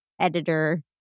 editor